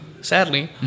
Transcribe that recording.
sadly